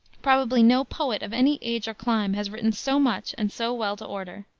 probably no poet of any age or clime has written so much and so well to order.